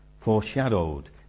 foreshadowed